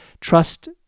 trust